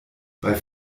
bei